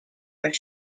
are